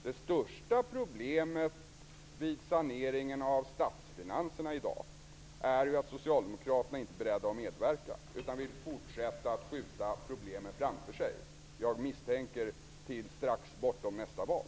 Det största problemet vid saneringen av statsfinanserna i dag är att socialdemokraterna inte är beredda att medverka, utan vill fortsätta att skjuta problemen framför sig till, misstänker jag, strax bortom nästa val.